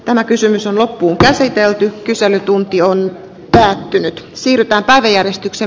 tämä kysymys on loppuunkäsitelty kyselytunti on kääntynyt siirrytään laajemmalle